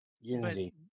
Unity